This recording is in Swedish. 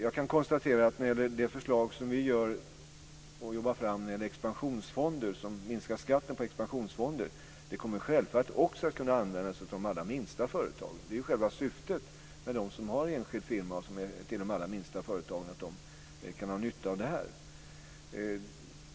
Jag kan konstatera att vårt förslag som vi arbetar fram i fråga om att minska skatten på expansionsfonder kommer självfallet att kunna användas även av de allra minsta företagen. Själva syftet är att de som har enskild firma - de allra minsta företagen - kan ha nytta av detta.